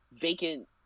vacant